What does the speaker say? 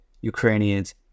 Ukrainians